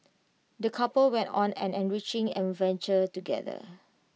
the couple went on an enriching adventure together